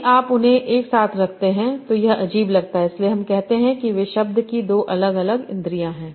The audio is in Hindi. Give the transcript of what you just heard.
यदि आप उन्हें एक साथ रखते हैं तो यह अजीब लगता है इसलिए हम कहते हैं कि वे शब्द की दो अलग अलग इंद्रियाँ हैं